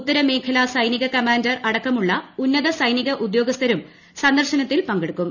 ഉത്തരമേഖലാ സൈനിക കമാൻഡർ അടക്കമുള്ള ഉന്നത സൈനിക ഉദ്യോഗസ്ഥരും സന്ദർശ നത്തിൽ പങ്കെടുക്കും